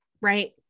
right